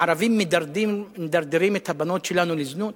הערבים מדרדרים את הבנות שלנו לזנות.